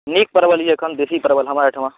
नीक परवल यऽ अखनि देशी परवल हमरा एहिठिमा